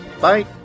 Bye